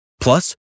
Plus